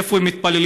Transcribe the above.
איפה הם מתפללים?